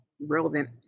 relevant